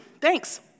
Thanks